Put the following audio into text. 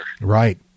right